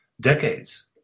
decades